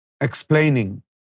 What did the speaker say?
Explaining